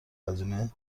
هزینه